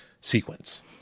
sequence